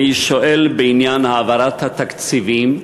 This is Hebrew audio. אני שואל בעניין העברת התקציבים.